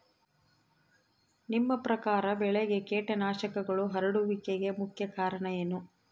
ನಿಮ್ಮ ಪ್ರಕಾರ ಬೆಳೆಗೆ ಕೇಟನಾಶಕಗಳು ಹರಡುವಿಕೆಗೆ ಮುಖ್ಯ ಕಾರಣ ಏನು?